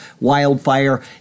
wildfire